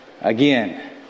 again